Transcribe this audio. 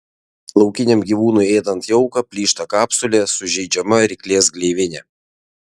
laukiniam gyvūnui ėdant jauką plyšta kapsulė sužeidžiama ryklės gleivinė